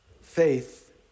Faith